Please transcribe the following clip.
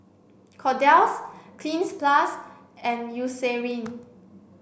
Kordel's Cleanz plus and Eucerin